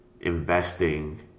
investing